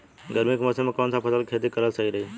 गर्मी के मौषम मे कौन सा फसल के खेती करल सही रही?